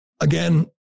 Again